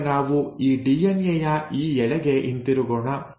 ಈಗ ನಾವು ಈ ಡಿಎನ್ಎ ಯ ಈ ಎಳೆಗೆ ಹಿಂತಿರುಗೋಣ